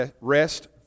rest